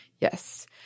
Yes